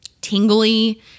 tingly